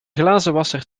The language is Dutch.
glazenwasser